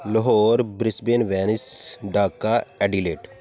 Lahore Brisbane Venice Dhaka Adelaide